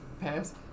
Pass